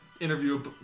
interview